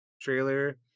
trailer